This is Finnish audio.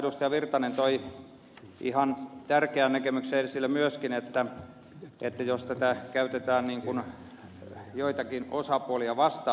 pertti virtanen toi ihan tärkeän näkemyksen esille myöskin että jos tätä käytetään joitakin osapuolia vastaan